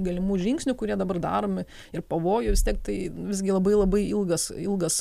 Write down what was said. galimų žingsnių kurie dabar daromi ir pavojų vis tiek tai visgi labai labai ilgas ilgas